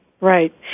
right